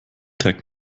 trägt